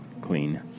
clean